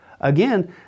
Again